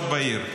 בעיר.